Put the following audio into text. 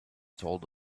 told